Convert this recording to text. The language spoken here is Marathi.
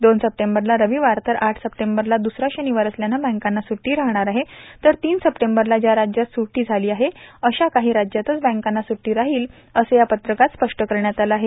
दोन सप्टेंबरला रविवार तर आठ सप्टेंबरला दुसरा शनिवार असल्यानं बँकांना सुड्डी राहणार आहे तर तीन सप्टेंबरला ज्या राज्यात सुद्धी जाहीर झाली आहे अशा काही राज्यातच बँकांना सुद्धी राहील असे या पत्रकात स्पष्ट करण्यात आलं आहे